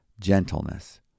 gentleness